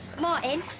Martin